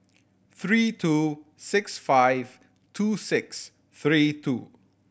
three two six five two six three two